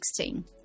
2016